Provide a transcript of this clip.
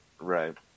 Right